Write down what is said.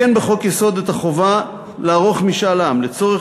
לעגן בחוק-יסוד את החובה לערוך משאל עם לצורך